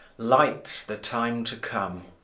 lights the time to come.